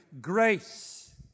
grace